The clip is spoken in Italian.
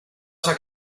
sua